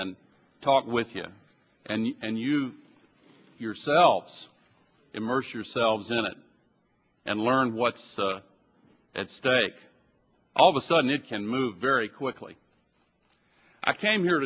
and talk with you and you yourselves immerse yourselves in it and learn what's at stake all of a sudden it can move very quickly i came here